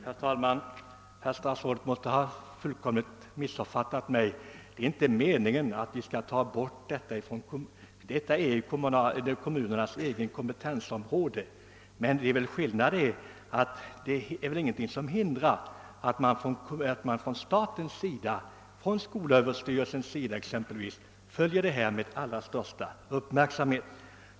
Herr talman! Herr statsrådet måste ha fullkomligt missuppfattat mig. Det var inte min mening att vi skall ta bort ansvaret från kommunerna — detta är kommunernas eget kompetensområde. Men ingenting hindrar väl att man från statens sida, exempelvis från skolöverstyrelsen, följer spörsmålet med allra största uppmärksamhet.